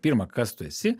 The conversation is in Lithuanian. pirma kas tu esi